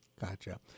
Gotcha